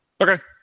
Okay